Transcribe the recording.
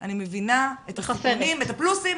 אני מבינה את הפלוסים,